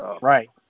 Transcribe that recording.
right